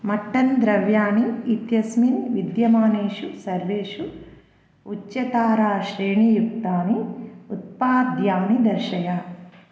mutton द्रव्याणि इत्यस्मिन् विद्यमानेषु सर्वेषु उच्चताराश्रेणीयुक्तानि उत्पाद्यानि दर्शय